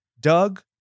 doug